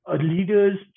leader's